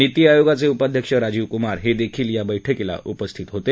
निती आयोगाचे उपाध्यक्ष राजीव कुमार हे देखील या बैठकीला उपस्थित होते